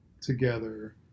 together